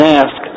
ask